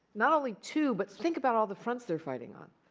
not only two, but think about all the fronts they're fighting on.